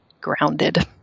grounded